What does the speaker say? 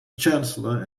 chancellor